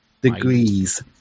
degrees